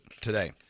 today